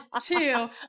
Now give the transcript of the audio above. two